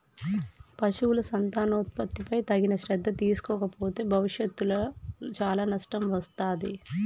పశువుల సంతానోత్పత్తిపై తగిన శ్రద్ధ తీసుకోకపోతే భవిష్యత్తులో చాలా నష్టం వత్తాది